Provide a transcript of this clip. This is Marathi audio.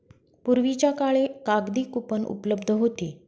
पूर्वीच्या काळी कागदी कूपन उपलब्ध होती